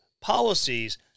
policies